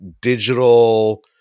digital